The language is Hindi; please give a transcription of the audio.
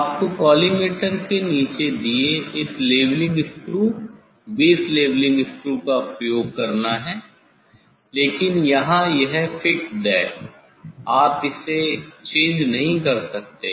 आपको कॉलीमटोर के नीचे दिए इस levelling screw base levelling screw का उपयोग करना है लेकिन यहाँ यह फिक्स्ड है आप इसे बदल नहीं सकते